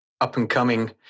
up-and-coming